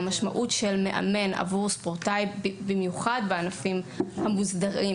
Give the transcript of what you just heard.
המשמעות של מאמן עבור ספורטאי במיוחד בענפים המוסדרים